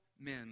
men